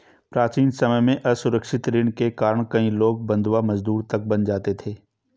प्राचीन समय में असुरक्षित ऋण के कारण कई लोग बंधवा मजदूर तक बन जाते थे